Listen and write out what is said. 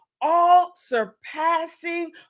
all-surpassing